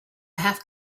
have